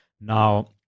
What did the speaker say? Now